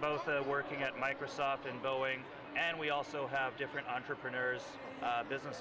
both working at microsoft and boeing and we also have different entrepreneurs business